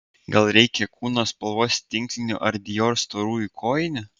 gal reikia kūno spalvos tinklinių ar dior storųjų kojinių